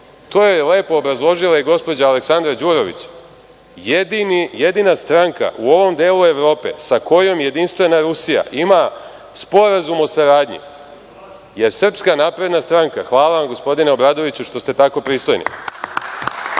To je lepo obrazložila i gospođa Aleksandra Đurović, jedina stranka u ovom delu Evrope sa kojom Jedinstvena Rusija ima sporazum o saradnji, je SNS.Hvala vam gospodine Obradoviću što ste tako pristojni. Dakle,